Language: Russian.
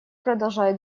продолжают